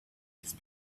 his